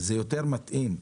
זה יותר מתאים.